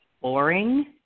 boring